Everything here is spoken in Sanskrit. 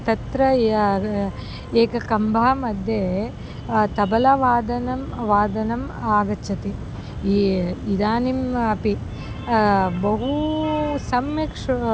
तत्र या एक कम्भमध्ये तबलावादनं वादनम् आगच्छति ये इदानीम् अपि बहु सम्यक् श्रु